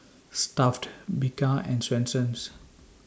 Stuff'd Bika and Swensens